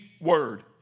word